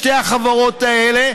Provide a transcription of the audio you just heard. שתי החברות האלה,